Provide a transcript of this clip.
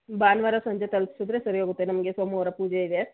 ಭಾನ್ವಾರ ಸಂಜೆ ತಲುಪ್ಸಿದ್ರೆ ಸರಿ ಹೋಗುತ್ತೆ ನಮಗೆ ಸೋಮವಾರ ಪೂಜೆ ಇದೆ